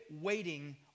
waiting